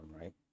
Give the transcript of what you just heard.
right